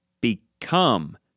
become